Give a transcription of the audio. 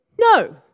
no